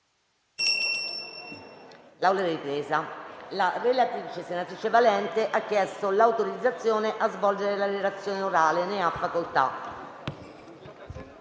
La relatrice, senatrice Valente, ha chiesto l'autorizzazione a svolgere la relazione orale. Non facendosi